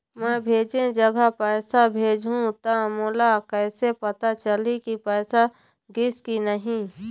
मैं भेजे जगह पैसा भेजहूं त मोला कैसे पता चलही की पैसा गिस कि नहीं?